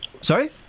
Sorry